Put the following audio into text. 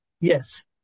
Yes